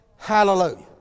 Hallelujah